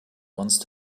once